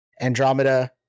Andromeda